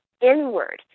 inward